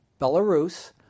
Belarus